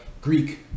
Greek